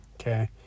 Okay